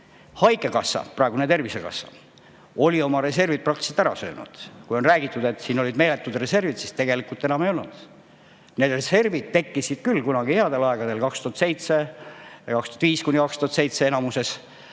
Haigekassa, praegune Tervisekassa, oli oma reservid praktiliselt ära söönud. Siin on räägitud, et olid meeletud reservid. Tegelikult enam ei olnud. Need reservid tekkisid küll kunagi headel aegadel, 2007, enamuses